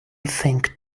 think